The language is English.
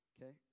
Okay